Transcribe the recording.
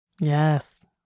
Yes